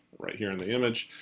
right here in the image.